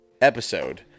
episode